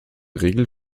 regel